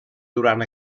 durant